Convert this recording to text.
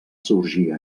sorgir